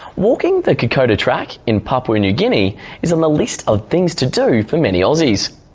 walking the kokoda track in papua-new guinea is on the list of things to do for many aussies.